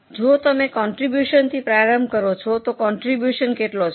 તેથી જો તમે કોન્ટ્રીબ્યુશનથી પ્રારંભ કરો છો તો કોન્ટ્રીબ્યુશન કેટલો છે